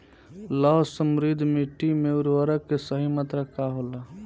लौह समृद्ध मिट्टी में उर्वरक के सही मात्रा का होला?